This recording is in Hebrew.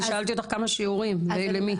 שאלתי כמה שיעורים ולמי?